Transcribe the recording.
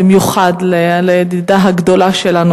במיוחד לידידה הגדולה שלנו,